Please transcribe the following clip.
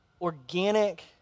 organic